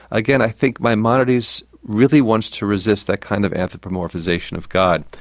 again, i think maimonides really wants to resist that kind of anthropomorphisation of god.